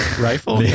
Rifle